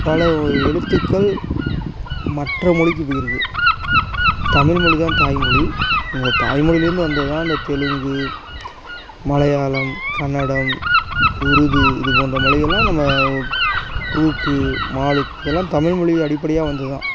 பல எழுத்துக்கள் மற்ற மொழிக்கு போயிருக்கு தமிழ்மொழி தான் தாய்மொழி அந்த தாய்மொழியிலேந்து வந்தது தான் அந்த தெலுங்கு மலையாளம் கன்னடம் உருது இது போன்ற மொழிகளெலாம் நம்ம ஹுக்கு மாலுக்கு இதெல்லாம் தமிழ்மொழியை அடிப்படையாக வந்தது தான்